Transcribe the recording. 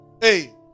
Hey